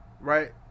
right